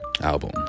Album